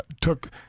took –